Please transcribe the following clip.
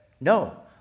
no